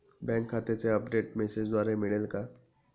Bank खात्याचे update मेसेजद्वारे मिळेल का?